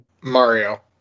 Mario